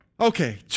Okay